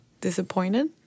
disappointed